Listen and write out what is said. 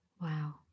Wow